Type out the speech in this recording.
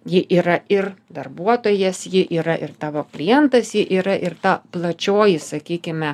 ji yra ir darbuotojas ji yra ir tavo klientas ji yra ir ta plačioji sakykime